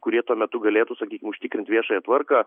kurie tuo metu galėtų sakykim užtikrint viešąją tvarką